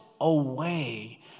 away